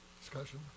Discussion